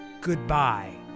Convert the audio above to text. Goodbye